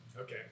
okay